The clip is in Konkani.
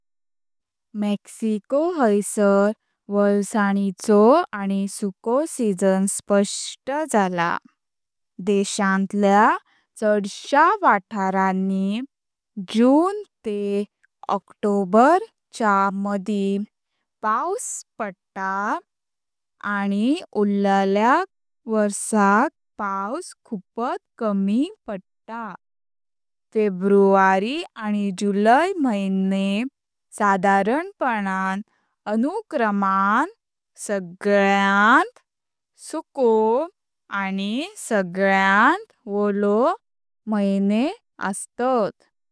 मेक्सिको हैसर वोल्सांनीचो आनी सुको सीजन स्पष्ट जाला। देशांतल्या छडश्या वाथाराणी जून तेह ऑक्टोबर च्या मदि पावस पाडता आनी उरलया वरसाक पावस खुपात कमी पाडता। फेब्रुवारी आनी जुलै म्हायने साधारपनां अनुक्रमान सगळ्यात सुको आनी सगळ्यात वोलो म्हायने अस्तात।